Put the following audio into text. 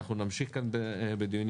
אנחנו נמשיך כאן בדיונים.